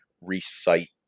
recite